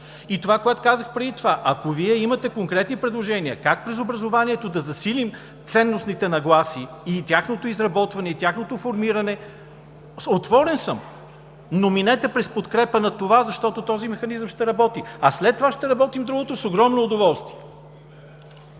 Това, което казах преди – ако Вие имате конкретни предложения как през образованието да засилим ценностните нагласи, тяхното изработване и тяхното формиране, отворен съм. Но минете през подкрепа на това, защото този механизъм ще работи, а след това ще работим другото с огромно удоволствие.